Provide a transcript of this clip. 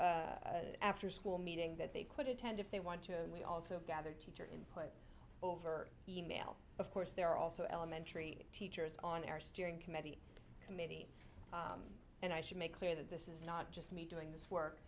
offered after school meeting that they could attend if they want to and we also gather teacher input over e mail of course there are also elementary teachers on our steering committee committee and i should make clear that this is not just me doing this work